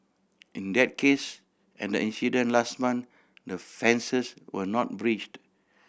in that case and the incident last month the fences were not breached